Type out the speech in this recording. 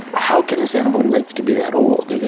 how can this animal live to be that old?